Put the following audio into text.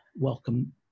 welcome